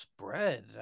spread